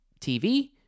TV